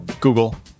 Google